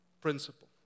principle